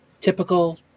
typical